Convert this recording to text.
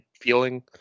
feeling